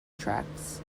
tracks